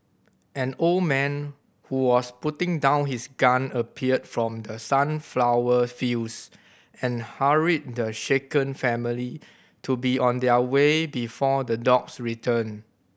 an old man who was putting down his gun appeared from the sunflower fields and hurried the shaken family to be on their way before the dogs return